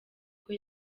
bwo